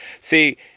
See